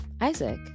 Isaac